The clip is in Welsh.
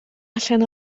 allan